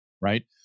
right